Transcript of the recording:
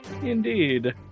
indeed